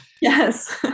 Yes